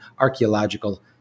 archaeological